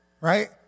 Right